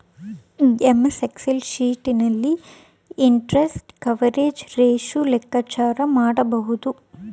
MS Excel sheet ನಲ್ಲಿ interest coverage ratio ಲೆಕ್ಕಾಚಾರ ಮಾಡಬಹುದು